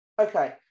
Okay